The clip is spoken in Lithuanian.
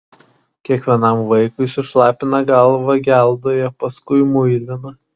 kiekvienam vaikui sušlapina galvą geldoje paskui muilina